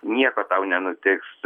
nieko tau nenutiks